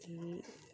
जी